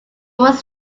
was